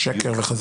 (היו"ר שמחה רוטמן, 12:19) שקר וכזב.